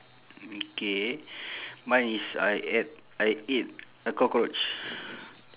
mm K mine is I ate I eat a cockroach